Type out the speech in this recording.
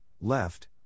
left